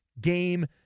Game